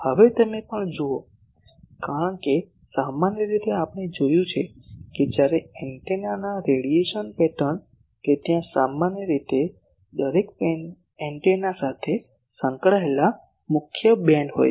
હવે તમે આ પણ જુઓ કારણ કે સામાન્ય રીતે આપણે જોયું છે કે જ્યારે એન્ટેનાના રેડિયેશન પેટર્ન કે ત્યાં સામાન્ય રીતે દરેક એન્ટેના સાથે સંકળાયેલ મુખ્ય બીમ હોય છે